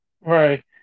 Right